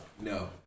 No